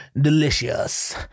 delicious